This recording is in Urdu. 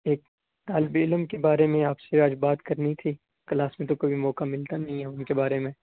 ایک طالب علم کے بارے میں آپ سے آج بات کرنی تھی کلاس میں تو کبھی موقع ملتا نہیں ہے ان کے بارے میں